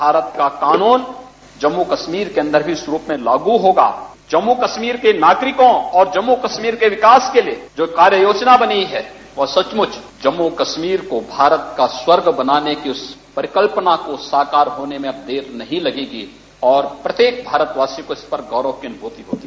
भारत का कानून जम्मू कश्मीर के अन्दर जिस रूप में लागू होगा जम्मू कश्मीर के नागरिकों को और जम्मू कश्मीर के विकास के लिये जो कार्य योजना बनी है वह सचमूच जम्मू कश्मीर को भारत का स्वर्ग बनाने की उप परिकल्पना को साकार होने में अब देर नहीं लगेगी और प्रत्येक भारतवासी को इस पर गौरव की अनुभूति होगी